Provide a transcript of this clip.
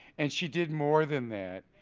and she did more than that.